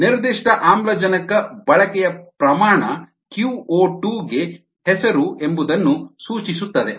ನಿರ್ದಿಷ್ಟ ಆಮ್ಲಜನಕ ಬಳಕೆಯ ಪ್ರಮಾಣ qO2 ಗೆ ಹೆಸರು ಎಂಬುದನ್ನ ಸೂಚಿಸುತ್ತದೆ